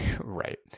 right